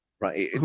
right